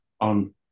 on